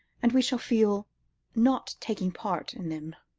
and we shall feel not taking part in them.